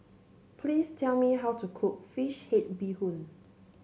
please tell me how to cook fish head Bee Hoon